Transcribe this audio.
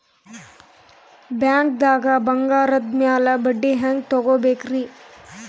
ಬ್ಯಾಂಕ್ದಾಗ ಬಂಗಾರದ್ ಮ್ಯಾಲ್ ಬಡ್ಡಿ ಹೆಂಗ್ ತಗೋಬೇಕ್ರಿ?